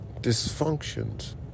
dysfunctions